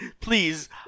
please